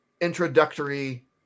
introductory